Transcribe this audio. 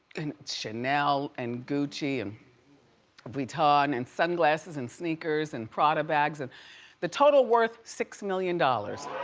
and chanel and gucci, and vuitton and sunglasses, and sneakers and prada bags and the total worth, six million dollars.